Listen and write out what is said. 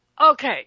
Okay